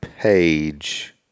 Page –